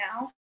now